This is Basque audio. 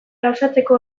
gauzatzeko